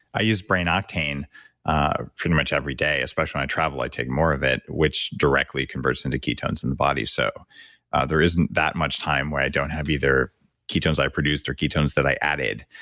i use brain octane pretty much every day. especially when i travel, i take more of it, which directly converts into ketones in the body. so there isn't that much time where i don't have either ketones i produced or ketones that i added.